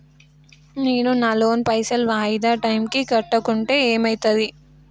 నేను నా లోన్ పైసల్ వాయిదా టైం కి కట్టకుంటే ఏమైతది?